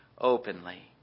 openly